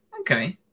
okay